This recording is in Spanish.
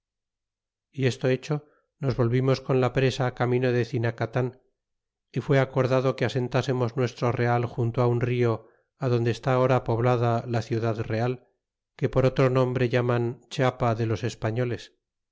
y esto hecho nos volvimos con la presa camino de cinacatan y fue acordado que asentasernos nuestro real junto un rio adonde está ahora poblada la ciudad real que por otro nombre llaman chiapa de los españoles